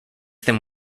them